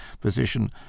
position